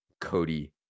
Cody